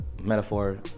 metaphor